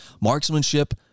marksmanship